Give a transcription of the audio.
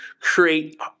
create